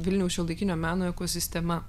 vilniaus šiuolaikinio meno ekosistema